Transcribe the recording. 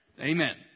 Amen